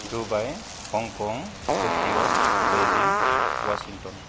Dubai Hong Kong Tokyo Beijing Washington